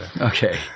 Okay